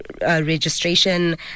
registration